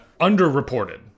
underreported